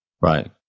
Right